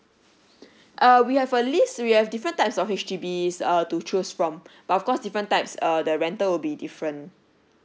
uh we have a list we have different types of H_D_B err to choose from but of course different types err the rental will be different